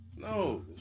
No